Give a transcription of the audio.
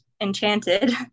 enchanted